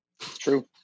True